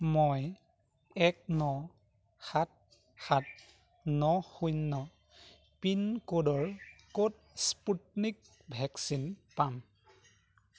মই এক ন সাত সাত ন শূন্য পিনক'ডৰ ক'ত স্পুটনিক ভেকচিন পাম